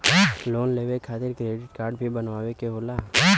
Loan लेवे खातिर credit काडे भी बनवावे के होला?